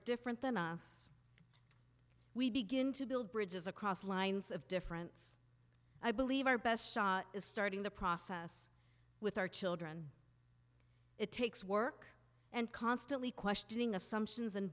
different than us we begin to build bridges across lines of difference i believe our best is starting the process with our children it takes work and constantly questioning assumptions and